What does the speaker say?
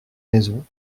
maisons